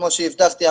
כמו שהבטחתי,